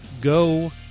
go